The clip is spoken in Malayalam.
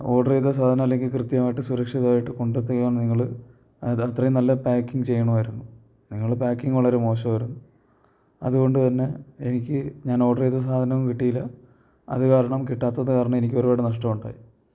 ഓഡർ ചെയ്ത സാധനം അല്ലെങ്കിൽ കൃത്യമായിട്ട് സുരക്ഷിതമായിട്ടു കൊണ്ട് എത്തിക്കാണ് നിങ്ങൾ ആ അതു അത്രയും നല്ല പാക്കിങ് ചെയ്യണമായിരുന്നു നിങ്ങളുടെ പാക്കിങ് വളരെ മോശമായിരുന്നു അതുകൊണ്ടു തന്നെ എനിക്ക് ഞാൻ ഓഡർ ചെയ്ത സാധനവും കിട്ടിയില്ല അതുകാരണം കിട്ടാത്തതുകാരണം എനിക്കൊരുപാട് നഷ്ടമുണ്ടായി